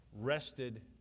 rested